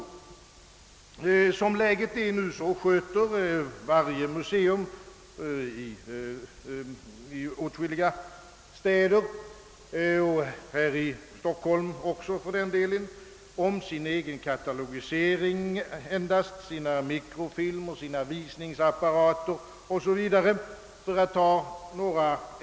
I åtskilliga städer — även här i Stockholm för den delen — sköter nu varje museum, för att ta några enkla exempel, sin egen katalogisering, sina mikrofilmer, sina visningsapparater.